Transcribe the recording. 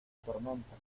tormenta